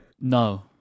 No